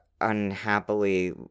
unhappily